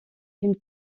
une